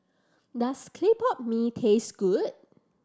does clay pot mee taste good